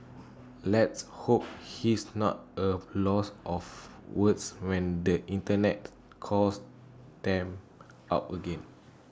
let's hope he's not A loss of Woods when the Internet calls them out again